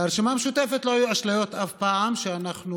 לרשימה המשותפת לא היו אף פעם אשליות שאנחנו